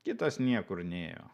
kitas niekur nėjo